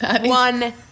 One